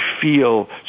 feel